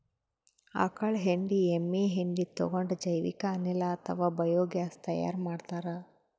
ಆಕಳ್ ಹೆಂಡಿ ಎಮ್ಮಿ ಹೆಂಡಿ ತಗೊಂಡ್ ಜೈವಿಕ್ ಅನಿಲ್ ಅಥವಾ ಬಯೋಗ್ಯಾಸ್ ತೈಯಾರ್ ಮಾಡ್ತಾರ್